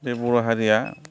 बे बर' हारिआ